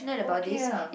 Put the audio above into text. okay ah